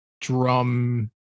drum